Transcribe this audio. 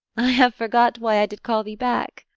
i have forgot why i did call thee back.